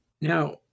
Now